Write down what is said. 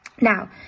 Now